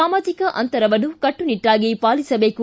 ಸಾಮಾಜಿಕ ಅಂತರವನ್ನು ಕಟ್ಟುನಿಟ್ಟಾಗಿ ಪಾಲೀಸಬೇಕು